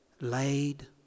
laid